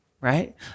right